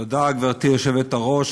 תודה, גברתי היושבת-ראש.